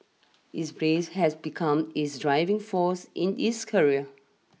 his grief has become his driving force in is career